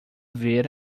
ver